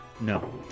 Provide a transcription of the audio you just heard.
No